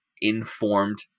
informed